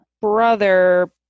brother